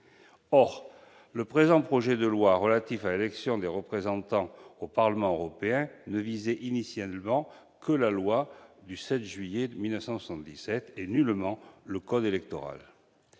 Or le présent projet de loi relatif à l'élection des représentants au Parlement européen ne visait initialement que la loi du 7 juillet 1977, et nullement le code électoral.